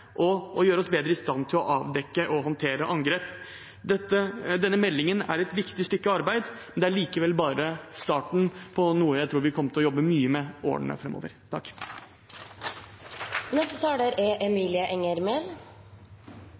og å gjøre oss bedre i stand til å avdekke og håndtere angrep. Denne meldingen er et viktig stykke arbeid, men det er likevel bare starten på noe jeg tror vi kommer til å jobbe mye med i årene framover. Det er